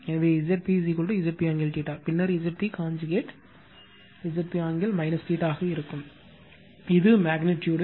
எனவே Zp Zp angle பின்னர் Zp conjugate Zp angle ஆக இருக்கும் இது மெக்னிட்யூடு